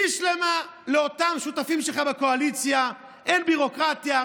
בשלמא לאותם שותפים שלך בקואליציה אין ביורוקרטיה,